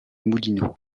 moulineaux